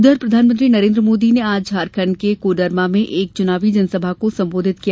उधर प्रधानमंत्री नरेन्द्र मोदी ने आज झारखंड के कोडरमा में एक चुनावी जनसभा को संबोधित किया